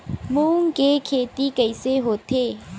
मूंग के खेती कइसे होथे?